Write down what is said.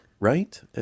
Right